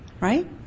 Right